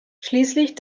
schließlich